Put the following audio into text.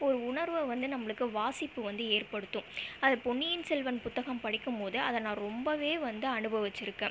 ஒரு உணர்வை வந்து நம்மளுக்கு வாசிப்பு வந்து ஏற்படுத்தும் அது பொன்னியின் செல்வன் புத்தகம் படிக்குபோது அதை நான் ரொம்பவே வந்து அனுபவிச்சிருக்கேன்